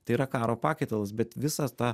tai yra karo pakaitalas bet visa ta